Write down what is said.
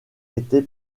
été